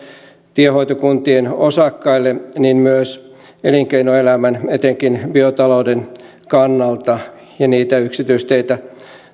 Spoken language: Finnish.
tiehoitokuntien osakkaille myös elinkeinoelämän etenkin biotalouden kannalta ja niitä yksityisteitä